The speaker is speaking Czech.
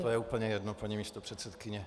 To je úplně jedno, paní místopředsedkyně.